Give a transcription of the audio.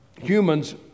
Humans